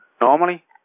normally